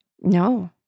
No